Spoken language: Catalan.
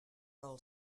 del